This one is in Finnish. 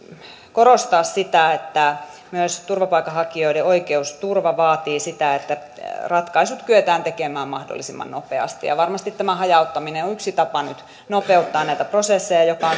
korostaa sitä että myös turvapaikanhakijoiden oikeusturva vaatii sitä että ratkaisut kyetään tekemään mahdollisimman nopeasti ja varmasti tämä hajauttaminen on yksi tapa nyt nopeuttaa näitä prosesseja joka